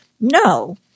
No